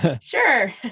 Sure